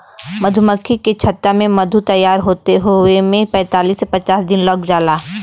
मधुमक्खी के छत्ता में मधु तैयार होये में पैंतालीस से पचास दिन लाग जाला